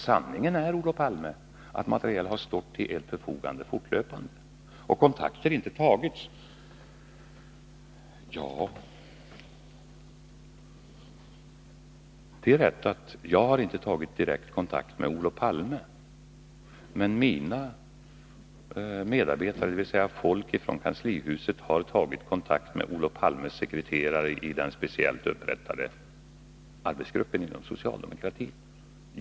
Sanningen är nämligen, Olof Palme, att material har stått till ert förfogande fortlöpande. Och kontakter har tagits. Det är rätt att jag inte har tagit direkt kontakt med Olof Palme, men mina medarbetare i kanslihuset har tagit kontakt med Olof Palmes sekreterare i den speciellt upprättade arbetsgruppen hos socialdemokraterna.